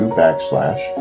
backslash